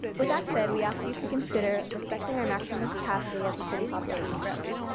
with that said we ask you to consider respecting our maximum capacity as the city population grows.